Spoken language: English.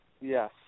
Yes